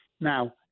Now